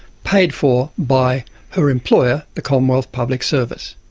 paid for by her employer the commonwealth public service.